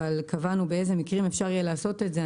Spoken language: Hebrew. אבל קבענו באיזה מקרים אפשר יהיה לעשות את זה.